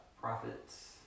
prophets